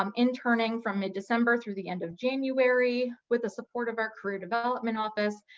um interning from mid-december through the end of january with the support of our career development office,